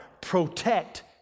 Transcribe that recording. Protect